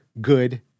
good